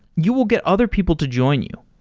you will get other people to join you.